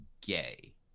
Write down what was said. gay